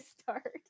start